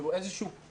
שהוא מעין פלסטר,